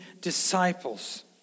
disciples